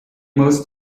most